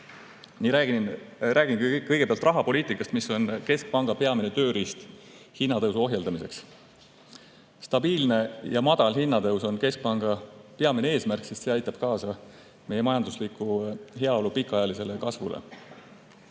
viibib. Räägingi kõigepealt rahapoliitikast, mis on keskpanga peamine tööriist hinnatõusu ohjeldamiseks. Stabiilne ja väike hinnatõus on keskpanga peamine eesmärk, sest see aitab kaasa meie majandusliku heaolu pikaajalisele kasvule.